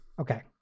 Okay